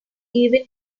even